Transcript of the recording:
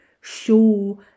show